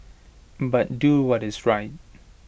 but do what is right